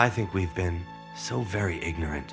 i think we've been so very ignorant